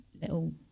little